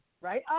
right